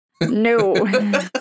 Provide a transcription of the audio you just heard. No